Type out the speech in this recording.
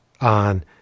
on